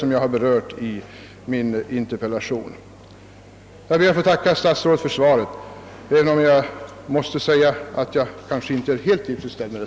Jag ber att få tacka statsrådet för svaret, även om jag måste säga att jag inte är helt tillfredsställd med det.